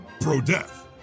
pro-death